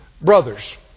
brothers